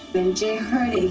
when jay heard